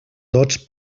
dots